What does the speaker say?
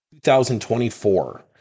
2024